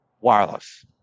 wireless